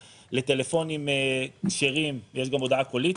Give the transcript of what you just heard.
לטלפונים כשרים יש גם הודעה קולית.